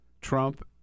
Trump